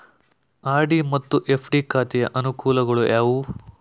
RD ಮತ್ತು FD ಖಾತೆಯ ಅನುಕೂಲಗಳು ಯಾವುವು?